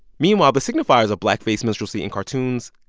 meanwhile, the signifiers of blackface minstrelsy in cartoons,